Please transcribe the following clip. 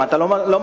אם אתה לא מאמין,